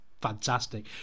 fantastic